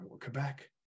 Quebec